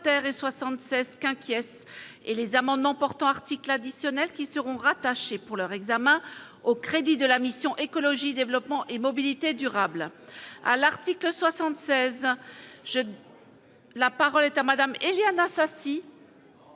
et 76 qu'acquiesce et les amendements portant articles additionnels qui seront rattachés pour leur examen aux crédits de la mission Écologie développement et mobilité durables à l'article 76 je. La parole est à Madame Éliane Assassi.